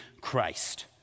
Christ